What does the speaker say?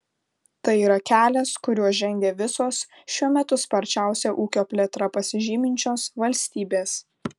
tai yra kelias kuriuo žengia visos šiuo metu sparčiausia ūkio plėtra pasižyminčios valstybės